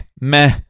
meh